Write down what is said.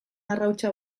arrautsa